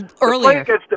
Earlier